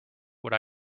what